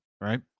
right